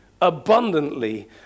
abundantly